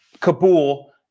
Kabul